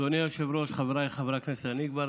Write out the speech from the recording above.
אדוני היושב-ראש, חבריי חברי הכנסת, אני כבר